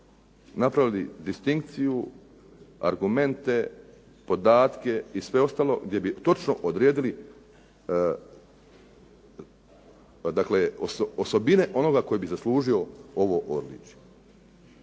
napravili distinkciju, argumente, podatke i sve ostalo gdje bi točno odredili osobine onoga koji bi zaslužio ovo odličje.